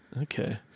Okay